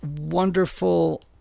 wonderful